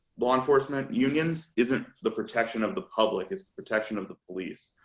law enforcement unions isn't the protection of the public is the protection of the police.